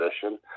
position